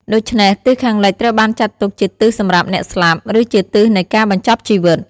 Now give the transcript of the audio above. ដូច្នេះ ទិសខាងលិចត្រូវបានចាត់ទុកជាទិសសម្រាប់អ្នកស្លាប់ ឬជាទិសនៃការបញ្ចប់ជីវិត។